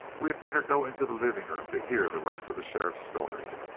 we had better go into the living room to hear the rest of the sheriff's story?